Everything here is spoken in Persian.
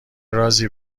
رازی